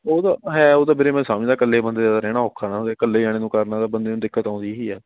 ਉਹ ਤਾਂ ਹੈ ਉਹ ਤਾਂ ਵੀਰੇ ਮੈਂ ਸਮਝਦਾ ਇਕੱਲੇ ਬੰਦੇ ਦਾ ਰਹਿਣਾ ਔਖਾ ਨਾ ਅਤੇ ਇਕੱਲੇ ਜਾਣੇ ਨੂੰ ਕਰਨਾ ਤਾਂ ਬੰਦੇ ਨੂੰ ਦਿੱਕਤ ਆਉਂਦੀ ਹੀ ਹੈ